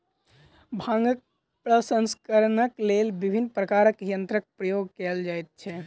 भांगक प्रसंस्करणक लेल विभिन्न प्रकारक यंत्रक प्रयोग कयल जाइत छै